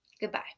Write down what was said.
Goodbye